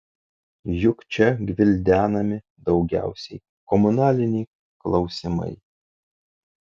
juk čia gvildenami daugiausiai komunaliniai klausimai